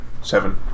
Seven